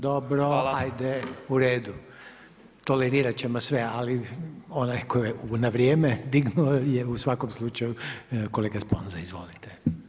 Dobro, ajde, u redu, tolerirati ćemo sve, ali onaj tko je na vrijeme dignuo, je u svakom slučaju kolega Sponza, izvolite.